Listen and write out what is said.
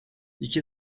i̇ki